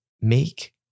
make